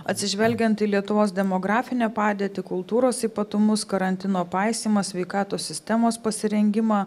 atsižvelgiant į lietuvos demografinę padėtį kultūros ypatumus karantino paisymą sveikatos sistemos pasirengimą